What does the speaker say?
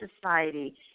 society